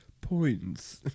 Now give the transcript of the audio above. points